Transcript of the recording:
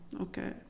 Okay